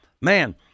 man